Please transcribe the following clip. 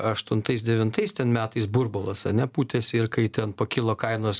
aštuntais devintais metais burbulas ane pūtėsi ir kai ten pakilo kainos